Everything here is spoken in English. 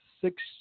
six